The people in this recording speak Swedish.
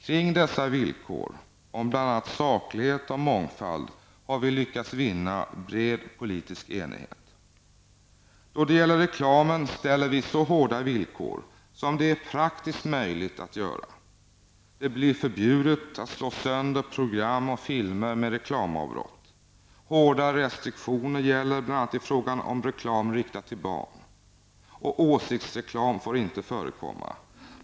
Kring dessa villkor om bl.a. saklighet och mångfald har vi lyckats vinna en bred politisk enighet. När det gäller reklamen ställer vi så hårda villkor som det är praktiskt möjligt att göra. Det blir förbjudet att slå sönder program och filmer med reklamavbrott. Hårda restriktioner gäller bl.a. i fråga om reklam riktad till barn, och åsiktsreklam får inte förekomma.